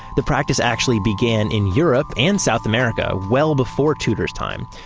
the practice actually began in europe and south america well before tudor's time.